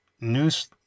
news